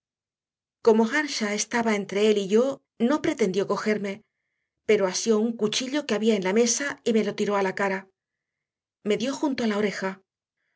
como earnshaw estaba entre él y yo no pretendió cogerme pero asió un cuchillo que había en la mesa y me lo tiró a la cara me dio junto a la oreja